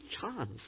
chance